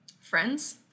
Friends